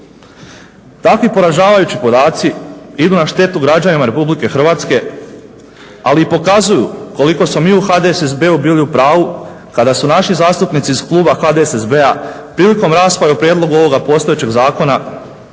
Takvi poražavajući podaci idu na štetu građanima RH, ali i pokazuju koliko smo mi u HDSSB-u bili u pravu kada su naši zastupnici iz kluba HDSSB-a prilikom rasprave o prijedlogu ovoga postojećeg zakona